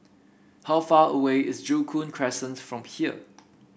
how far away is Joo Koon Crescent from here